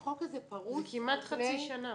זה כמעט חצי שנה.